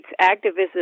activism